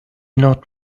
not